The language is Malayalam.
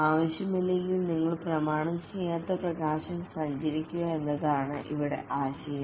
ആവശ്യമില്ലെങ്കിൽ നിങ്ങൾ പ്രമാണം ചെയ്യാത്ത പ്രകാശം സഞ്ചരിക്കുക എന്നതാണ് ഇവിടെ ആശയം